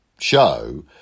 show